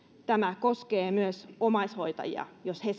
tämä koskee myös omaishoitajia jos he